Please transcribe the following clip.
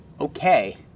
okay